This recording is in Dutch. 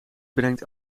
brengt